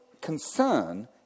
concern